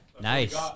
Nice